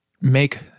make